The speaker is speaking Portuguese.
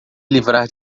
livrar